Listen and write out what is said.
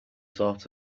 sort